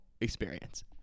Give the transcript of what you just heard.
experience